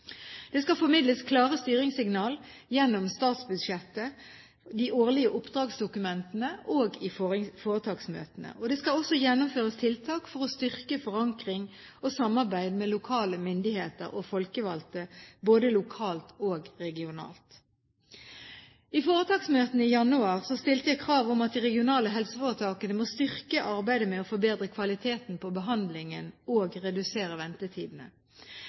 Det skal formidles klare styringssignaler gjennom statsbudsjettet, de årlige oppdragsdokumentene og i foretaksmøtene. Det skal også gjennomføres tiltak for å styrke forankring og samarbeid med lokale myndigheter og folkevalgte, både lokalt og regionalt. I foretaksmøtene i januar stilte jeg krav om at de regionale helseforetakene må styrke arbeidet med å forbedre kvaliteten på behandlingen og redusere ventetidene.